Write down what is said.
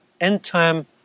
end-time